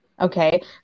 Okay